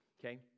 okay